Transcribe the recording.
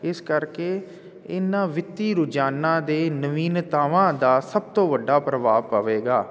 ਇਸ ਕਰਕੇ ਇਹਨਾਂ ਵਿੱਤੀ ਰੋਜ਼ਾਨਾ ਦੇ ਨਵੀਨਤਾਵਾਂ ਦਾ ਸਭ ਤੋਂ ਵੱਡਾ ਪ੍ਰਭਾਵ ਪਵੇਗਾ